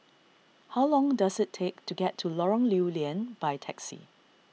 how long does it take to get to Lorong Lew Lian by taxi